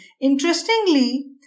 Interestingly